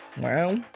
wow